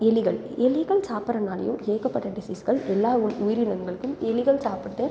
எலிகள் எலிகள் சாப்பிட்றனாலையும் ஏகப்பட்ட டிசீஸ்கள் எல்லா உ உயிரினங்களுக்கும் எலிகள் சாப்பிட்டது